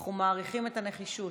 אנחנו מעריכים את הנחישות.